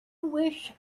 wish